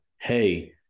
hey